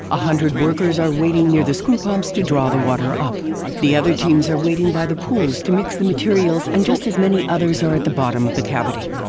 a hundred workers are waiting near the screw pumps to draw the water up the other teams are waiting by the pools to mix the materials and just as many others are at the bottom of the cavity.